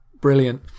brilliant